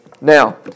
Now